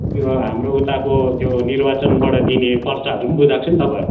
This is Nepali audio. त्यो हाम्रो उताको त्यो निर्वाचनबाट दिने पर्चाहरू पनि बुझाएको छु नि तपाईँ